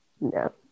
No